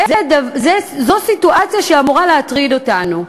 זו סיטואציה שאמורה להטריד אותנו.